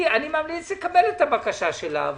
אני מאמין שצריך לקבל את הבקשה שלה.